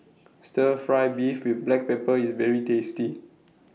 Stir Fry Beef with Black Pepper IS very tasty